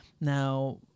now